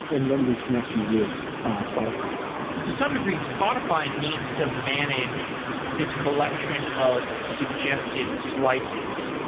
and then we connect you with spotify app to some degree, spotify needs to manage this collection of suggested slices,